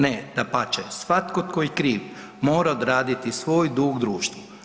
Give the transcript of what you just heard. Ne, dapače svatko tko je kriv mora odraditi svoj dug društvu.